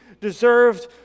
deserved